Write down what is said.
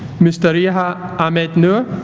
mustariha ahmed nure